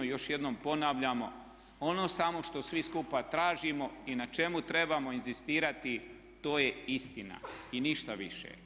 Još jednom ponavljam ono samo što svi skupa tražimo i na čemu trebamo inzistirati to je istina, i ništa više.